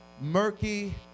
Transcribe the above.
murky